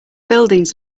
buildings